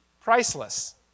priceless